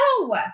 No